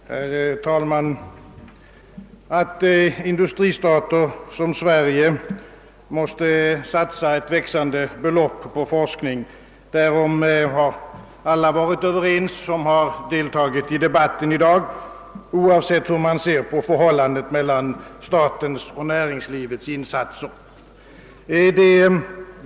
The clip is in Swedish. Herr talman! Att industristater som Sverige måste satsa ett växande belopp på forskning, därom har alla varit överens som har deltagit i debatten i dag, oavsett hur man ser på förhållandet mellan statens och näringslivets insatser.